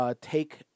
take